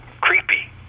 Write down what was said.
Creepy